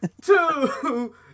two